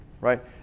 right